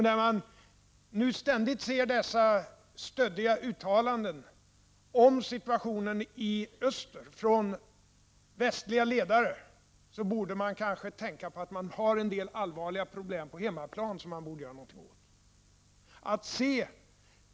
När man ständigt får höra dessa stöddiga uttalanden om situationen i öst från västliga ledare, borde man tänka på att det finns en hel del allvarliga problem på hemmaplan som man borde göra något åt.